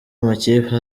amakipe